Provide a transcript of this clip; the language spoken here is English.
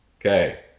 Okay